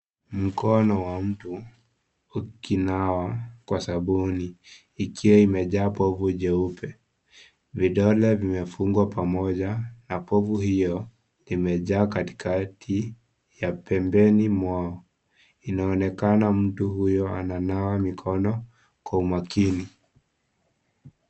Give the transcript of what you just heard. Mkono wa mtu ukinawa kwa sababu. Ikiwa imejaa povu jeupe. Vidole vimefungwa pamoja na povu hiyo imejaa katika ya pembeni mwao. Zinaonekana mtu huyo, ananawa mikono kwa umakini.